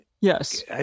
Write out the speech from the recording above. Yes